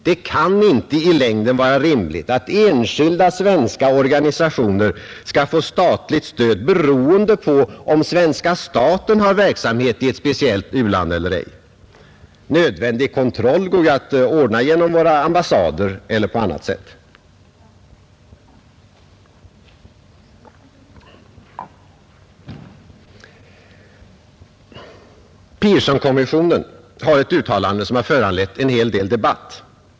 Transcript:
Det kan inte i längden vara rimligt att enskilda svenska organisationer skall få statligt stöd beroende på om svenska staten har verksamhet i ett speciellt u-land eller ej. Nödvändig kontroll går ju att ordna genom våra ambassader eller på annat sätt. Pearsonkommissionen har gjort ett uttalande som har föranlett en del debatt.